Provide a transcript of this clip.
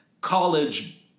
college